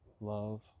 love